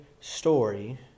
story